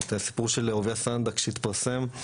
את הסיפור של אהוביה סנדק שהתפרסם.